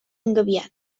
engabiat